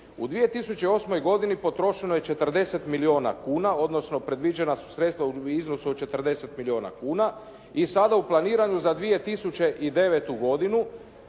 U 2008. godini potrošeno je 40 milijuna kuna, odnosno predviđena su sredstva u iznosu od 40 milijuna kuna i sada u planiranju za 2009. godinu